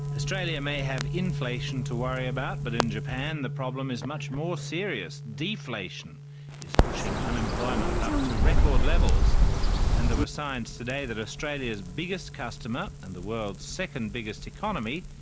australia may have inflation to worry about, but in japan the problem is much more serious deflation is pushing unemployment up to record levels and there were signs today that australia's biggest customer, and the world's second biggest economy,